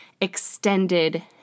extended